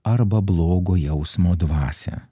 arba blogo jausmo dvasią